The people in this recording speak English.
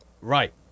right